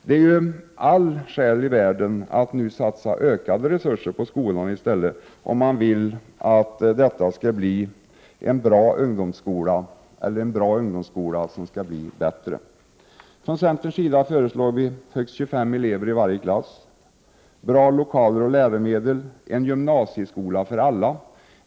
Det finns nu alla skäl i världen att i stället ge skolan ökade resurser, om man vill ha en bra ungdomsskola som kan bli bättre. Från centerns sida förslår vi: —- En gymnasieskola för alla.